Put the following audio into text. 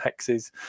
hexes